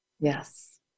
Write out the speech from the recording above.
Yes